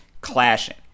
clashing